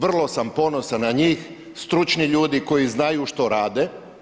Vrlo sam ponosan na njih, stručni ljudi koji znaju što rade.